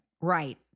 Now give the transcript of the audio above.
Right